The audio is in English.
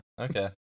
Okay